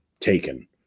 taken